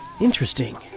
Interesting